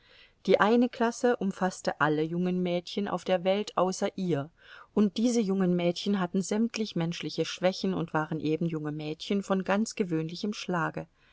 die eine klasse umfaßte alle jungen mädchen auf der welt außer ihr und diese jungen mädchen hatten sämtlich menschliche schwächen und waren eben junge mädchen von ganz gewöhnlichem schlage